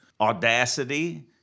Audacity